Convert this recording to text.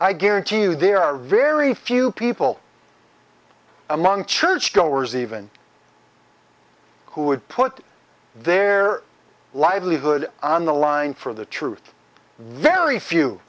i guarantee you there are very few people among churchgoers even who would put their livelihood on the line for the truth very few